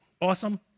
Awesome